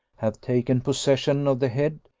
have taken possession of the head,